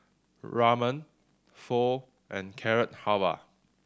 Ramen Pho and Carrot Halwa